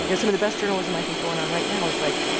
yeah some of the best journalism i think going on right now is, like,